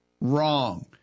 Wrong